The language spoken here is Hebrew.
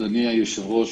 אדוני היושב-ראש,